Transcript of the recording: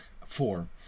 four